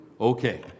okay